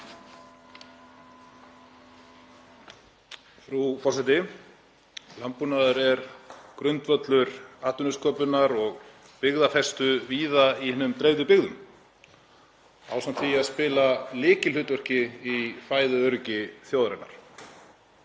Frú forseti. Landbúnaður er grundvöllur atvinnusköpunar og byggðafestu víða í hinum dreifðu byggðum ásamt því að spila lykilhlutverk í fæðuöryggi þjóðarinnar.